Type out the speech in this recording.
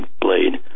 blade